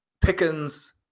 Pickens